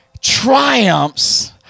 triumphs